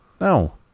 no